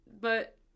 But-